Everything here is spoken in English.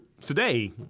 today